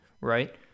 right